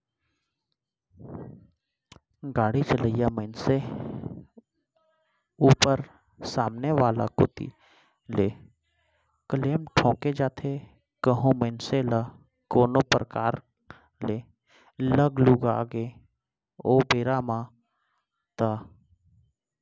गाड़ी चलइया मनसे ऊपर सामने वाला कोती ले क्लेम ठोंके जाथे कहूं मनखे ल कोनो परकार ले लग लुगा गे ओ बेरा म ता